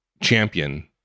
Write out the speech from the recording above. champion